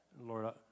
Lord